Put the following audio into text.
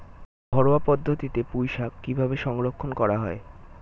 ঘরোয়া পদ্ধতিতে পুই শাক কিভাবে সংরক্ষণ করা হয়?